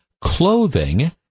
clothing